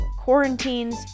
quarantines